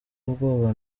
ubwoba